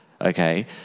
okay